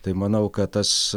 tai manau kad tas